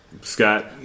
Scott